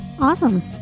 Awesome